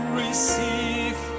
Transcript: receive